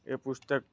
એ પુસ્તક